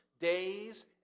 days